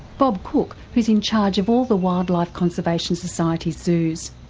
bob cook who is in charge of all the wildlife conservation society's zoos.